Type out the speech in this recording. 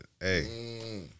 hey